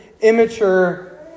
Immature